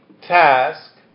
task